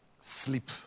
sleep